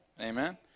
amen